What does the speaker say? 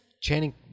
Channing